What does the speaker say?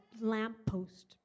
lamppost